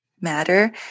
matter